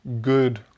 good